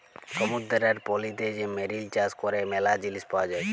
সমুদ্দুরের পলিতে যে মেরিল চাষ ক্যরে ম্যালা জিলিস পাওয়া যায়